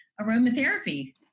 aromatherapy